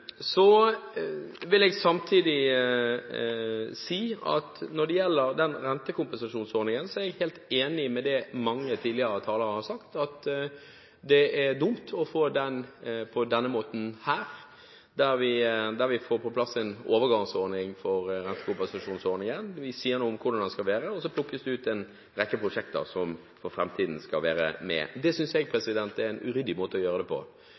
Så vil jeg samtidig si at når det gjelder rentekompensasjonsordningen, er jeg helt enig i det mange tidligere talere har sagt, at det er dumt å få den på denne måten her, der vi får på plass en overgangsordning for rentekompensasjonsordningen. Vi sier noe om hvordan den skal være, og så plukkes det ut en rekke prosjekter som for framtiden skal være med. Det synes jeg er en uryddig måte å gjøre det på.